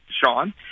Sean